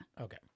Okay